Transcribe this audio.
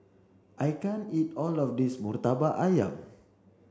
I can't eat all of this Murtabak Ayam